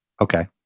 Okay